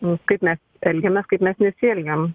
nu kaip mes elgiamės kaip mes nesielgiam